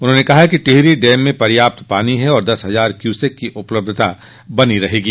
उन्होंने कहा कि टेहरी डैम में पर्याप्त पानी है और दस हजार क्यूसेक की उपलब्धता बनी रहेगी